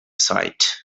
site